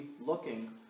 looking